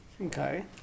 Okay